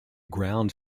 ground